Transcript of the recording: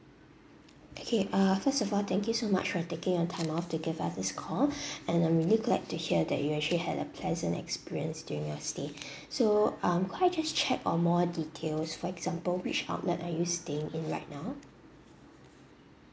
okay uh first of all thank you so much for taking your time off to give us this call and I'm really glad to hear that you actually had a pleasant experience during your stay so um could I just check on more details for example which outlet are you staying in right now